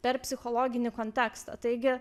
per psichologinį kontekstą taigi